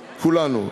כולנו,